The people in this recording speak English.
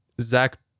zach